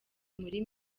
muri